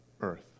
earth